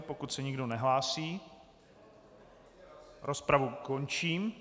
Pokud se nikdo nehlásí, rozpravu končím.